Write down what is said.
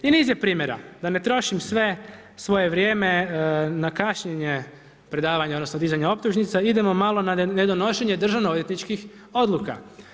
I niz je primjera, da ne trošim sve svoje vrijeme na kašnjenje predavanja, odnosno, dizanja optužnica, idemo malo na nedonošenje Državno odvjetničkih odluka.